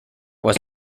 was